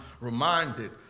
reminded